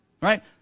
Right